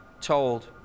told